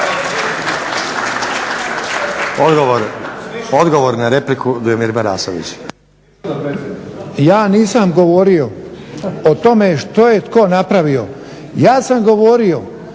**Marasović, Dujomir (HDZ)** Ja nisam govorio o tome što je tko napravio, ja sam govorio